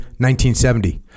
1970